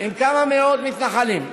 עם כמה מאות מתנחלים,